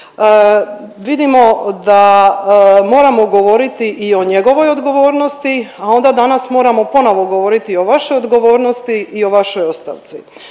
vidimo da moramo govoriti i o njegovoj odgovornosti, a onda danas moramo ponovo govoriti o vašoj odgovornosti i o vašoj ostavci.